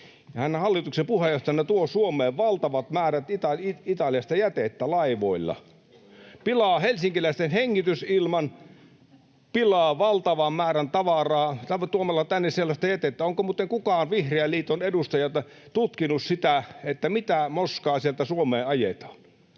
hän hallituksen puheenjohtajana tuo Suomeen valtavat määrät Italiasta jätettä laivoilla, pilaa helsinkiläisten hengitysilman tuomalla tänne valtavan määrän jätettä. Onko muuten kukaan Vihreän liiton edustaja tutkinut, mitä moskaa sieltä Suomeen ajetaan?